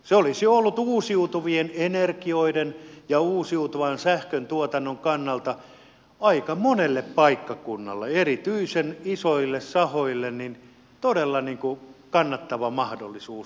se olisi ollut uusiutuvien energioiden ja uusiutuvan sähköntuotannon kannalta aika monella paikkakunnalla erityisen isoille sahoille todella kannattava mahdollisuus